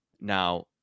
Now